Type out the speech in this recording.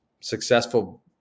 Successful